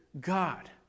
God